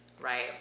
Right